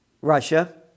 Russia